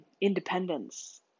independence